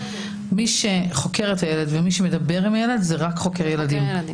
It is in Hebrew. מי שחוקר את הילד ומי שמדבר עם הילד זה רק חוקר ילדים.